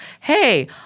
hey